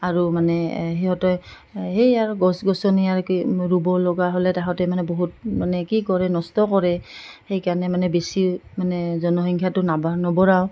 আৰু মানে সিহঁতে সেই আৰ গছ গছনি আৰু কি ৰুব লগা হ'লে তাহাঁঁতে মানে বহুত মানে কি কৰে নষ্ট কৰে সেইকাৰণে মানে বেছি মানে জনসংখ্যাটো নাবা নবঢ়াও